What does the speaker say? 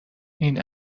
این